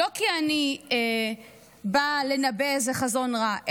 לא כי אני באה לנבא איזה חזון רע,